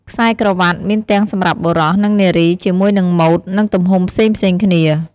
ខ្សែក្រវាត់ មានទាំងសម្រាប់បុរស និងនារី ជាមួយនឹងម៉ូដ និងទំហំផ្សេងៗគ្នា។